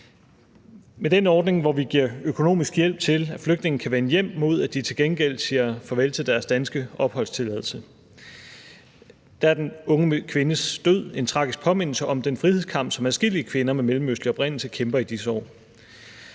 den ordning, hvor vi giver økonomisk hjælp til, at flygtninge kan vende hjem, mod at de til gengæld siger farvel til deres danske opholdstilladelse. Der er den unge kvindes død en tragisk påmindelse om den frihedskamp, som adskillige kvinder med mellemøstlig oprindelse kæmper i disse år.